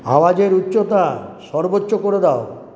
আওয়াজের উচ্চতা সর্বোচ্চ করে দাও